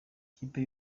ikipe